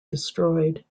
destroyed